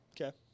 Okay